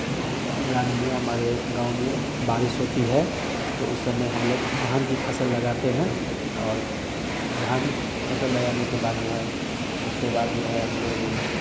राज्य में हमारे गाँव में बारिश होती है तो उस समय हम लोग धान कि फ़सल लगाते हैं और धान फ़सल लगाने के बाद जो है उसके बाद जो है हम लोग